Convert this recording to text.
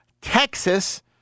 Texas